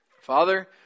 Father